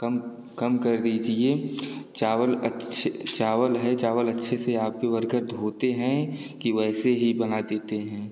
कम कम कर दीजिए चावल अच्छे चावल हैं अच्छे से आपके वर्कर धोते हैं कि वैसे ही बना देते हैं